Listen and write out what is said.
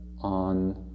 on